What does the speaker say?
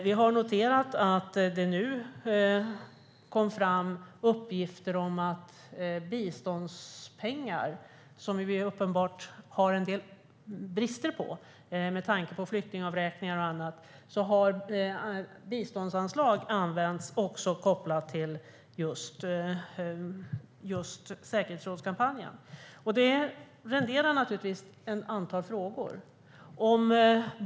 Vi har också noterat att det nu har kommit fram uppgifter om att biståndspengar, som vi uppenbart har en del brist på med tanke på flyktingavräkningar och annat, har använts kopplat till säkerhetsrådskampanjen. Det renderar naturligtvis ett antal frågor.